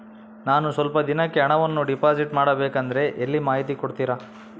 ನಾನು ಸ್ವಲ್ಪ ದಿನಕ್ಕೆ ಹಣವನ್ನು ಡಿಪಾಸಿಟ್ ಮಾಡಬೇಕಂದ್ರೆ ಎಲ್ಲಿ ಮಾಹಿತಿ ಕೊಡ್ತಾರೆ?